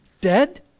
dead